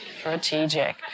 strategic